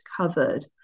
covered